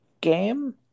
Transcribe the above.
game